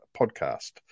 podcast